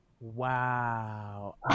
Wow